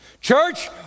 Church